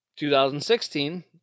2016